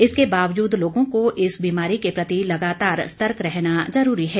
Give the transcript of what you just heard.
इसके बावजूद लोगों को इस बीमारी के प्रति लगातार सतर्क रहना जरूरी है